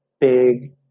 big